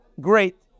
great